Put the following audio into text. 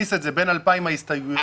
תכניס את זה בין 2,000 ההסתייגויות שלך...